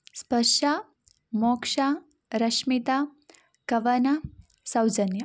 Sparsh Moksha Rashmita Kavana Soujanya